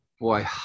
Boy